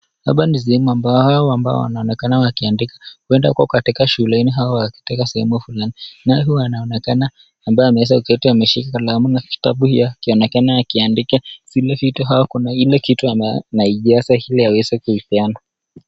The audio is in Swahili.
Hapa ni sehemu ambao hawa ambao wanaonekana wakiandika. Huenda wako katika shuleni au wako katika sehemu fulani, naye huyu anaonekana ambaye ameweza shika kalamu na kitabu ya akionekana akiandika, vile vitu au kuna ile kitu anaijaza ili aweze kuipeana.